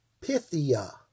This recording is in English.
pythia